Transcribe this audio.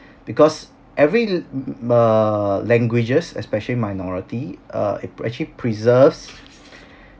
because every m~ err languages especially minority uh it actually preserves